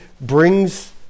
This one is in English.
brings